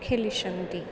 खेलिशन्ति